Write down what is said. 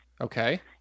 Okay